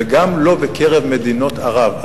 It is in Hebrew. וגם לא בקרב מדינות ערב.